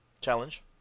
Challenge